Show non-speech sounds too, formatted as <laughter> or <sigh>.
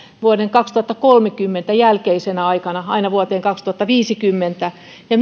vuoden kaksituhattakolmekymmentä jälkeisenä aikana aina vuoteen kaksituhattaviisikymmentä ja <unintelligible>